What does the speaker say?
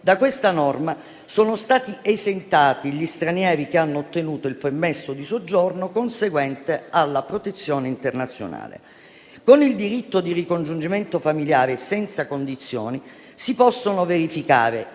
Da questa norma sono stati esentati gli stranieri che hanno ottenuto il permesso di soggiorno conseguente alla protezione internazionale. Con il diritto di ricongiungimento familiare senza condizioni si possono verificare